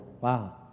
wow